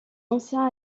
anciens